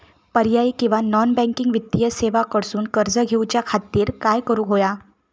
पर्यायी किंवा non banking वित्तीय सेवा कडसून कर्ज घेऊच्या खाती काय करुक होया?